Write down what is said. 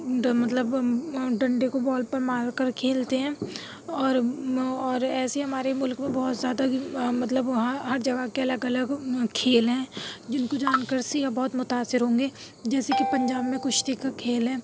مطلب ڈنڈے کو بال پر مار کر کھیلتے ہیں اور اور ایسے ہی ہمارے ملک میں بہت زیادہ مطلب وہاں ہر جگہ کے الگ الگ کھیل ہیں جن کو جان کر سیاح بہت متاثر ہوں گے جیسے کہ پنجاب میں کشتی کا کھیل ہے